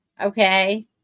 Okay